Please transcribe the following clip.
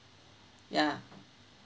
yeah